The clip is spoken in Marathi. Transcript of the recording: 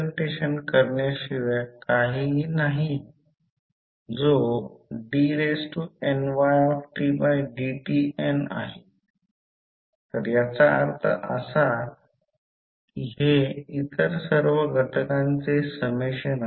तर प्रश्न असा आहे की KVL लावला आहे पहिल्या समीकरणात ठेवले तर ते 5 j 5 i1 i2 असेल कारण येथे हे i2 आहे आणि हे i1 आहे